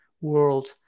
world